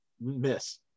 miss